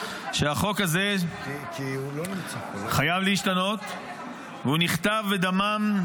שהחוק הזה חייב להשתנות והוא נכתב בדמם,